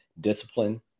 discipline